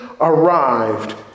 arrived